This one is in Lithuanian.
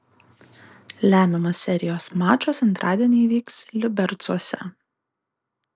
lemiamas serijos mačas antradienį vyks liubercuose